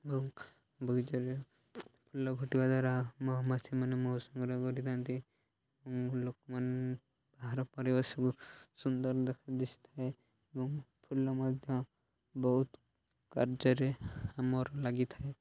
ଏବଂ ବଗିଚାରେ ଫୁଲ ଫୁଟିବା ଦ୍ୱାରା ମହୁମାଛି ମାନେ ମହୁ ସଂଗ୍ରହ କରିଥାନ୍ତି ଲୋକମାନେ ବାହାର ପରିବେଶକୁ ସୁନ୍ଦର ଦେଖ ଦିଶି ଥାଏ ଏବଂ ଫୁଲ ମଧ୍ୟ ବହୁତ କାର୍ଯ୍ୟରେ ଆମର ଲାଗିଥାଏ